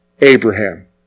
Abraham